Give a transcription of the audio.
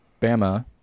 Bama